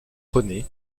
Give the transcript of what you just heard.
rené